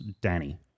Danny